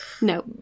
No